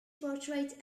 portrayed